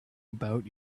about